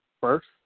first